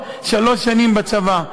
שלוש שנים בצבא.